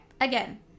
again